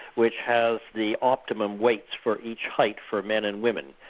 which has the optimum weights for each height for men and woman.